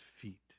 feet